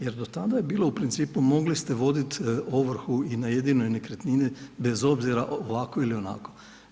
Jer do tada je bilo u principu mogli ste voditi ovrhu i na jedinoj nekretnini bez obzira ovako ili onako.